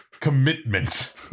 commitment